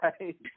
right